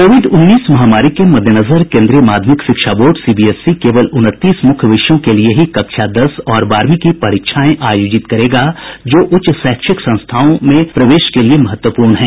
Covid उन्नीस महामारी के मद्देनजर केन्द्रीय माध्यमिक शिक्षा बोर्ड सीबीएसई केवल उनतीस मुख्य विषयों केलिए ही कक्षा दस और बारहवीं की परीक्षाएं आयोजित करेगा जो उच्च शैक्षिक संस्थाओं में प्रवेश के लिए महत्वपूर्ण हैं